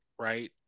Right